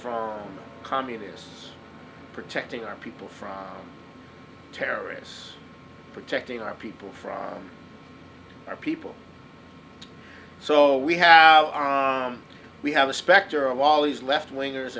from communists protecting our people from terrorists protecting our people from our people so we have we have the specter of all these left wing